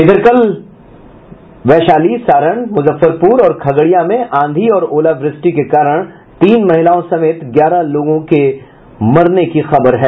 इधर कल वैशाली सारण मुजफ्फरपुर और खगड़िया में आंधी और ओलावृष्टि के कारण तीन महिलाओं समेत ग्यारह लोगों की मरने की खबर है